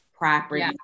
property